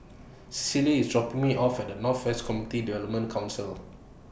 Cicely IS dropping Me off At North West Community Development Council